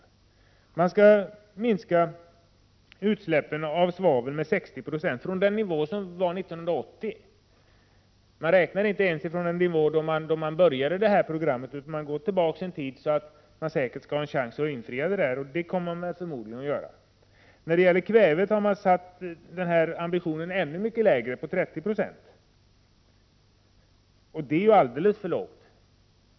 Regeringens plan innebär en minskning av svavelutsläppen med 60 90 från 1980 års nivå. Man räknar alltså inte ens från den nivå vi hade när programmet inleddes, utan man går tillbaka en tid för att man säkert skall ha en chans att nå målet. Och det kommer man förmodligen att göra. När det gäller kväve är ambitionerna ännu mycket lägre — en minskning med 30 26. Det är alldeles för litet.